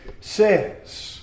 says